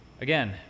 again